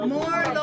More